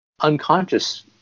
unconscious